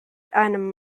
einem